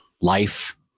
life